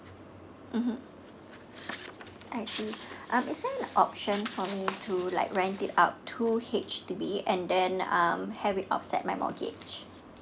mmhmm I see um is there an option for me to like rent it out two H_D_B and then um have it offset my mortgage